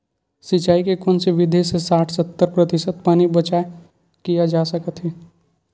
सिंचाई के कोन से विधि से साठ सत्तर प्रतिशत पानी बचाव किया जा सकत हे?